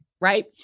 right